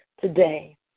today